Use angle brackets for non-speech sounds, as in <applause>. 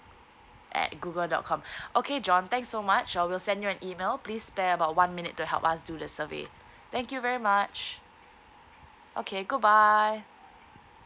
at google dot com <breath> okay john thanks so much I will send you an email please spare about one minute to help us do the survey thank you very much okay goodbye